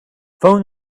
phone